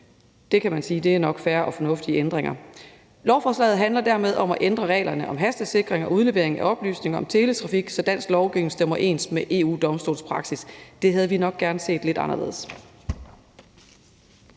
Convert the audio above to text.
Det kan man sige nok er fair og fornuftige ændringer. Lovforslaget handler dermed om at ændre reglerne om hastesikring og udlevering af oplysninger om teletrafik, så dansk lovgivning stemmer overens med EU-Domstolens praksis. Det havde vi nok gerne set lidt anderledes.